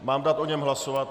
Mám dát o něm hlasovat?